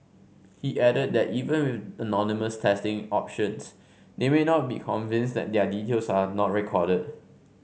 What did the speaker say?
he added that even with anonymous testing options they may not be convinced that their details are not recorded